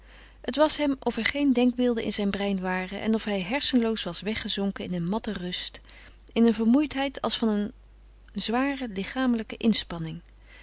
het was hem of er geen denkbeelden in zijn brein waren en of hij hersenloos was weggezonken in een matte rust in een vermoeidheid als van een zware lichamelijke inspanning